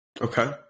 Okay